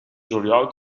juliol